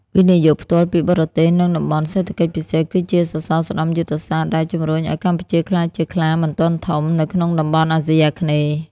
វិនិយោគផ្ទាល់ពីបរទេស និងតំបន់សេដ្ឋកិច្ចពិសេស គឺជាសសរស្តម្ភយុទ្ធសាស្ត្រដែលជំរុញឱ្យកម្ពុជាក្លាយជា "ខ្លាមិនទាន់ធំ" នៅក្នុងតំបន់អាស៊ីអាគ្នេយ៍។